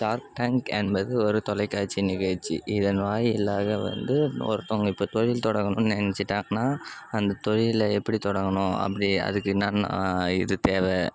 shark tank என்பது ஒரு தொலைக்காட்சி நிகழ்ச்சி இதன் வாயிலாக வந்து ஒருத்தங்க இப்போ தொழில் தொடங்கணும்ன்னு நெனச்சிட்டாங்கன்னா அந்த தொழிலை எப்படி தொடங்கணும் அப்படி அதுக்கு என்னன்ன இது தேவை